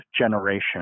generation